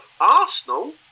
Arsenal